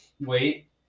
wait